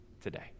today